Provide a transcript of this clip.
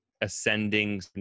ascending